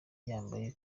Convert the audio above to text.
yambaye